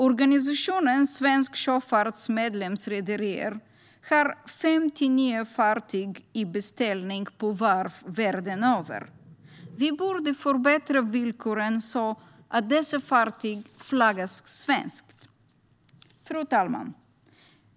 Organisationen Svensk Sjöfarts medlemsrederier har 50 nya fartyg i beställning på varv världen över. Vi borde förbättra villkoren så att dessa fartyg flaggas svenskt.